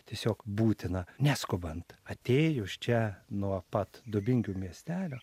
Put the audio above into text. tiesiog būtina neskubant atėjus čia nuo pat dubingių miestelio